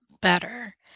better